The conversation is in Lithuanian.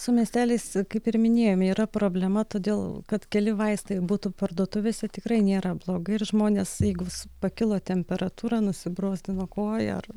su miesteliais kaip ir minėjom yra problema todėl kad keli vaistai būtų parduotuvėse tikrai nėra blogai ir žmonės jeigu pakilo temperatūra nusibrozdino koją ar